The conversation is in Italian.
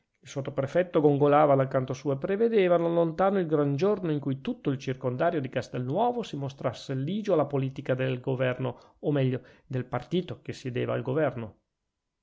il sottoprefetto gongolava dal canto suo e prevedeva non lontano il gran giorno in cui tutto il circondario di castelnuovo si mostrasse ligio alla politica del governo o meglio del partito che siedeva al governo